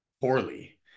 poorly